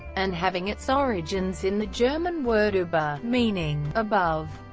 and having its origins in the german word uber, meaning above.